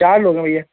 چار لوگ ہیں بھیا